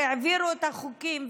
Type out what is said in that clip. שהעבירו את החוקים,